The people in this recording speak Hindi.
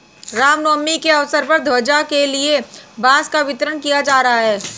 राम नवमी के अवसर पर ध्वजा के लिए बांस का वितरण किया जा रहा है